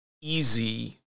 easy